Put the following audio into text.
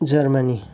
Germany